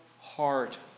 heart